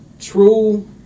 true